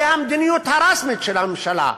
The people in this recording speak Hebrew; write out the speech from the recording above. זו המדיניות הרשמית של הממשלה.